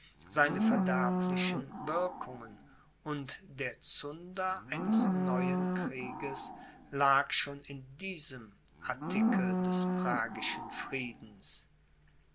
seine verderblichen wirkungen und der zunder eines neuen krieges lag schon in diesem artikel des pragischen friedens